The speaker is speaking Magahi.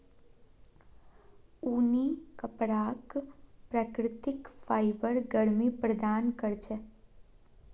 ऊनी कपराक प्राकृतिक फाइबर गर्मी प्रदान कर छेक